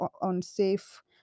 unsafe